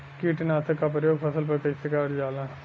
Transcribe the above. कीटनाशक क प्रयोग फसल पर कइसे करल जाला?